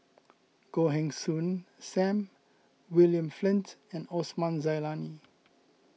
Goh Heng Soon Sam William Flint and Osman Zailani